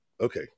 Okay